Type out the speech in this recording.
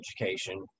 education